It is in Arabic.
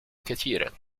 كثيرًا